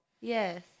Yes